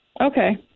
Okay